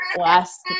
last